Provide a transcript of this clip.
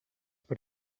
per